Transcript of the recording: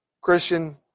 Christian